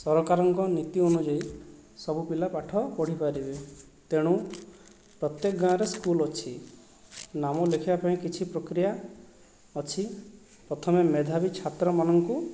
ସରକାରଙ୍କ ନୀତି ଅନୁଯାୟୀ ସବୁ ପିଲା ପାଠ ପଢ଼ି ପାରିବେ ତେଣୁ ପ୍ରତ୍ୟେକ ଗାଁରେ ସ୍କୁଲ ଅଛି ନାମ ଲେଖାଇବା ପାଇଁ କିଛି ପ୍ରକ୍ରିୟା ଅଛି ପ୍ରଥମେ ମେଧାବୀ ଛାତ୍ରମାନଙ୍କୁ